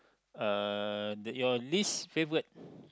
uh your least favourite